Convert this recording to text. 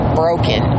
broken